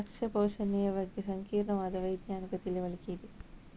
ಸಸ್ಯ ಪೋಷಣೆಯ ಬಗ್ಗೆ ಸಂಕೀರ್ಣವಾದ ವೈಜ್ಞಾನಿಕ ತಿಳುವಳಿಕೆ ಇದೆ